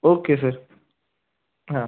okay sir हां